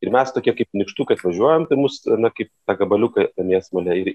ir mes tokie kaip nykštukas važiuojant tai mus na kaip tą gabaliuką tą mėsmalę ir